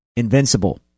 invincible